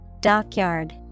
Dockyard